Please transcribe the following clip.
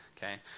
Okay